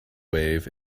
wave